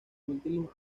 últimos